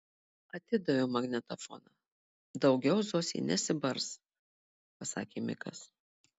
atidaviau magnetofoną daugiau zosė nesibars pasakė mikas